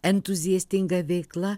entuziastinga veikla